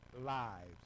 lives